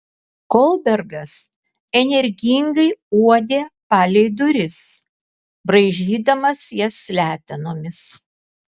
kolbergas energingai uodė palei duris braižydamas jas letenomis